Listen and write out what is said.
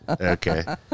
Okay